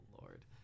Lord